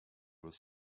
with